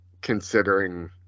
considering